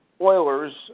Oilers